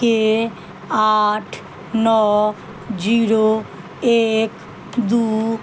के आठ नओ जीरो एक दू